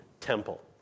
temple